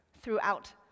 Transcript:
throughout